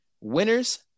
Winners